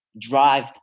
drive